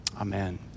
Amen